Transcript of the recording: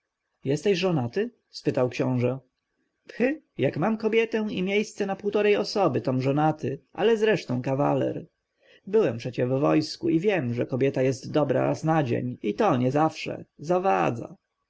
jesteś żonaty spytał książę phy jak mam kobietę i miejsce na półtorej osoby tom żonaty ale zresztą kawaler byłem przecie w wojsku i wiem że kobieta jest dobra raz na dzień i to niezawsze zawadza